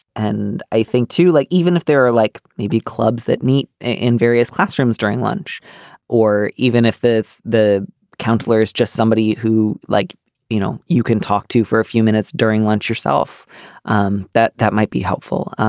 and i think to like even if there are like maybe clubs that meet in various classrooms during lunch or even if the if the counselor is just somebody who like you know you can talk to for a few minutes during lunch yourself um that that might be helpful.